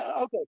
Okay